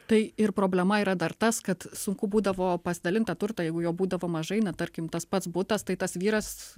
tai ir problema yra dar tas kad sunku būdavo pasidalint tą turtą jeigu jo būdavo mažai na tarkim tas pats butas tai tas vyras